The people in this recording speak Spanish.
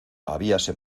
habíase